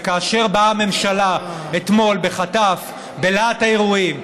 וכאשר באה הממשלה אתמול בחטף, בלהט האירועים,